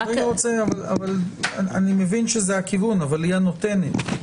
אני מבין שזה הכיוון, אבל היא הנותנת.